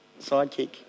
sidekick